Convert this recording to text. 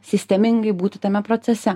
sistemingai būti tame procese